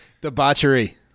Debauchery